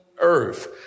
earth